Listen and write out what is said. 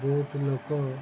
ବହୁତ ଲୋକ